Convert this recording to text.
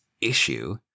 issue